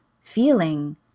feeling